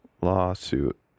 Lawsuit